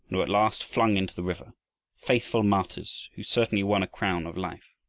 and were at last flung into the river faithful martyrs who certainly won a crown of life.